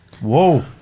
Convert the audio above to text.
Whoa